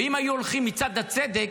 ואם היו הולכים מצד הצדק,